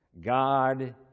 God